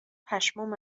پشمام